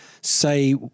say